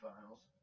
Finals